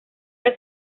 que